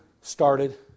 started